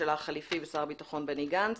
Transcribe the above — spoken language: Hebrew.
הממשלה החליפי ושר הביטחון בני גנץ.